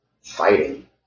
Fighting